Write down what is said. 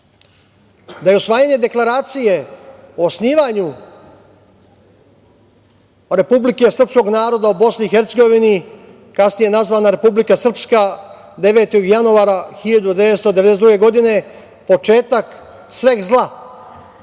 da je usvajanje Deklaracije o osnivanju Republike srpskog naroda u BiH, kasnije nazvana Republika Srpska, 9. januara 1992. godine, početak sveg zla,